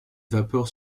vapeurs